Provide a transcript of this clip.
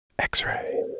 X-ray